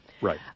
Right